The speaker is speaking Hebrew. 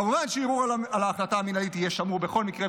כמובן שערעור על ההחלטה המינהלית יהיה שמור בכל מקרה,